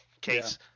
case